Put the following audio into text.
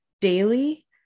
daily